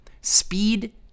speed